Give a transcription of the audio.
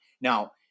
Now